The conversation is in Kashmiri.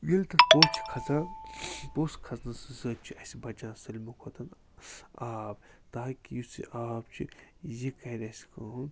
ییٚلہِ تَتھ پوٚس چھُ کھَژھان پوٚژھ کھژھنہٕ سۭتۍ چھُ اسہِ بَچان ساروٕے کھۄتہٕ آب تاکہِ یُس یہِ آب چھُ یہِ کَرِ اسہِ کٲم